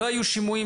לא היו שימועים,